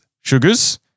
sugars